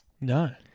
no